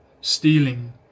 stealing